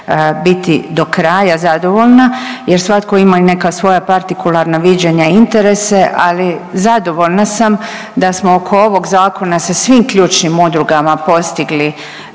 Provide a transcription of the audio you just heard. biti dokraja zadovoljna jer svatko ima i neka svoja partikularna viđenja i interese, ali zadovoljna sam da smo oko ovog zakona sa svim ključnim udrugama postigli